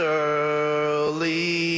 early